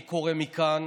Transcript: אני קורא מכאן